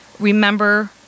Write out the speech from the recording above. Remember